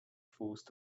forced